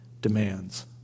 demands